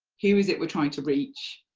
who is it we're trying to reach,